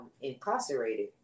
incarcerated